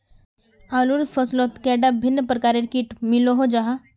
आलूर फसलोत कैडा भिन्न प्रकारेर किट मिलोहो जाहा?